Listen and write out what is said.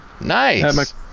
Nice